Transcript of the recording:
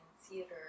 theater